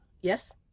yes